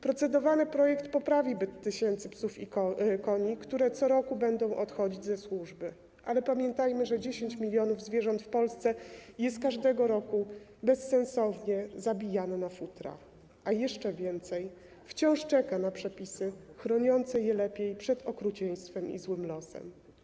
Procedowany projekt poprawi byt tysięcy psów i koni, które co roku będą odchodzić ze służby, ale pamiętajmy, że 10 mln zwierząt w Polsce jest każdego roku bezsensownie zabijanych na futra, a jeszcze więcej wciąż czeka na przepisy lepiej chroniące je przed okrucieństwem i złym losem.